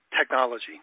technology